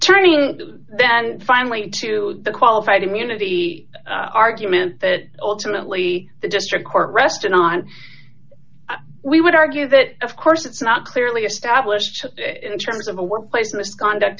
and finally to the qualified immunity argument that ultimately the district court rested on we would argue that of course it's not clearly established in terms of a workplace misconduct